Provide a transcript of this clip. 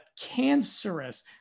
cancerous